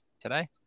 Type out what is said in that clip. today